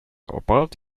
about